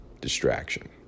distraction